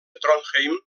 trondheim